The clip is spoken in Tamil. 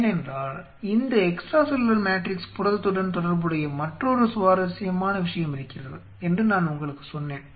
ஏனென்றால் இந்த எக்ஸ்ட்ரா செல்லுலார் மேட்ரிக்ஸ் புரதத்துடன் தொடர்புடைய மற்றொரு சுவாரஸ்யமான விஷயம் இருக்கிறது என்று நான் உங்களுக்குச் சொன்னேன்